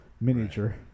miniature